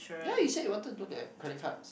ya you said you wanted to get credit cards